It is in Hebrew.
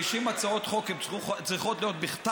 אם אנחנו מסכימים על זה שכאשר מגישים הצעות חוק הן צריכות להיות בכתב,